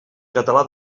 català